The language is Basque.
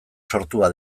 sortua